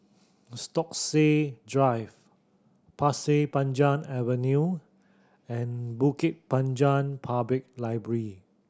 Stokesay Drive Pasir Panjang Avenue and Bukit Panjang Public Library